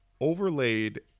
overlaid